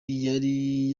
yari